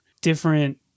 different